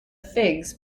figs